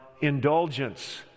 indulgence